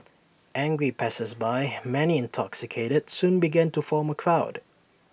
angry passersby many intoxicated soon began to form A crowd